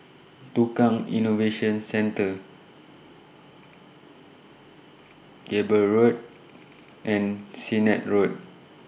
Tukang Innovation Center Cable Road and Sennett Road